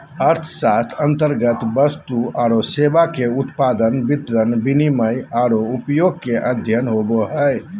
अर्थशास्त्र अन्तर्गत वस्तु औरो सेवा के उत्पादन, वितरण, विनिमय औरो उपभोग के अध्ययन होवो हइ